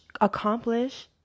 accomplish